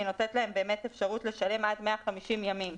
ולתת להם באמת אפשרות לשלם עד 150 ימים.